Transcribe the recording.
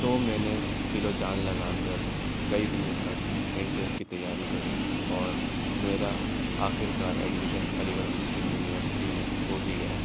تو میں نے دل و جان لگا کر کئی دنوں تک انٹرنس کی تیاری کری اور میرا آخرکار admission Aligarh Muslim university میں ہو ہی گیا